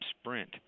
sprint